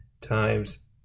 times